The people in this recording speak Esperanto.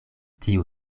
tiu